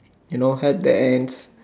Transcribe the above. you know help the ants